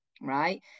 right